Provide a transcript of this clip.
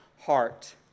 heart